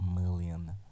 million